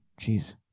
Jeez